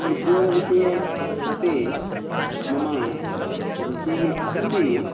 उद्योगविषये अपि मम रुचिः अस्ति